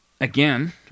again